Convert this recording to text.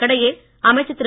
இதற்கிடையே அமைச்சர் திரு